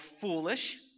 foolish